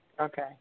Okay